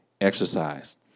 exercise